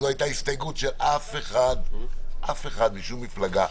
בלי הסתייגות של אף אחד ושל שום מפלגה,